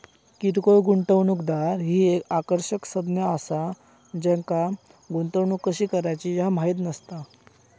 किरकोळ गुंतवणूकदार ही एक आकर्षक संज्ञा असा ज्यांका गुंतवणूक कशी करायची ह्या माहित नसता